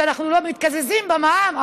שאנחנו מתקזזים במע"מ,